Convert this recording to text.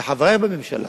וחברייך בממשלה